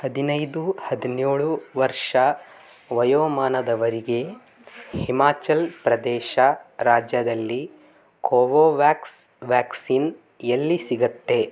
ಹದಿನೈದು ಹದಿನೇಳು ವರ್ಷ ವಯೋಮಾನದವರಿಗೆ ಹಿಮಾಚಲ್ ಪ್ರದೇಶ ರಾಜ್ಯದಲ್ಲಿ ಕೋವೋವ್ಯಾಕ್ಸ್ ವ್ಯಾಕ್ಸಿನ್ ಎಲ್ಲಿ ಸಿಗುತ್ತೆ